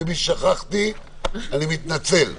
מי ששכחתי, אני מתנצל מראש.